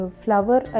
flower